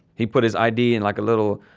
he put his id in like a little,